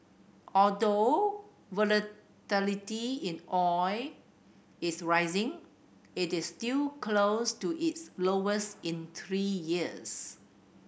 although volatility in oil is rising it is still close to its lowest in three years